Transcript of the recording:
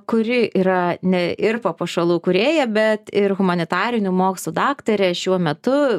kuri yra ne ir papuošalų kūrėja bet ir humanitarinių mokslų daktarė šiuo metu